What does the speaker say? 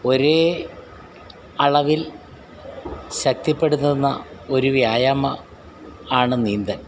ഒരേ അളവിൽ ശക്തിപ്പെടുത്തുന്ന ഒരു വ്യായാമം ആണ് നീന്തൽ